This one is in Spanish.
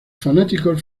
fanáticos